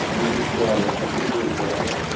بہٕ چھُس پیاران بہٕ ۂے پیاران چھُس